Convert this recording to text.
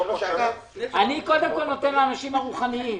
אני קודם כל נותן לאנשים הרוחניים.